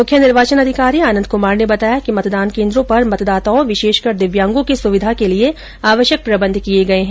मुख्य निर्वाचन अधिकारी आनन्द कुमार ने बताया कि मतदान केन्द्रों पर मतदाताओं विशेषकर दिव्यांगों की सुविधा के लिए आवश्यक प्रबंध किए गए है